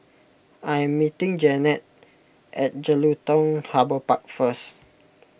I am meeting Jeanetta at Jelutung Harbour Park First